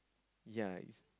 ya